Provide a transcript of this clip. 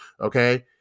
Okay